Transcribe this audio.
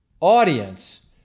audience